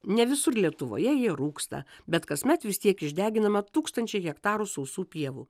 ne visur lietuvoje jie rūksta bet kasmet vis tiek išdeginama tūkstančiai hektarų sausų pievų